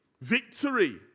victory